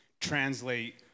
translate